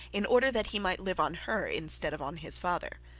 in order that he might live on her instead of on his father.